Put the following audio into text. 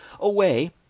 away